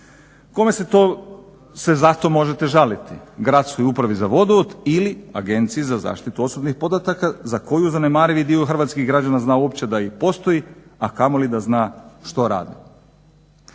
Kome se to, se za to možete žaliti? Gradskoj upravi za vodovod ili agenciji za zaštitu osobnih podataka za koju zanemarivi dio hrvatskih građana zna da uopće postoji, a kamoli da zna što rade.